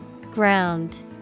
Ground